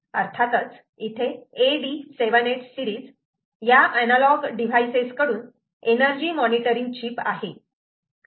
अर्थातच इथे AD78 series या अनालोग डिव्हाइसेस कडून एनर्जी मॉनिटरिंग चीप आहे